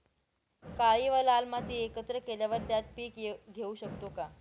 काळी व लाल माती एकत्र केल्यावर त्यात पीक घेऊ शकतो का?